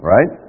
Right